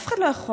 אף אחד לא יכול.